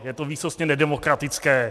Je to výsostně nedemokratické.